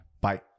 bye